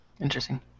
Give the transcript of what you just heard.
Interesting